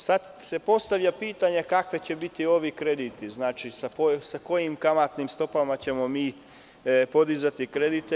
Sada se postavlja pitanje – kakvi će biti ovi krediti, sa kojim kamatnim stopama ćemo podizati kredite?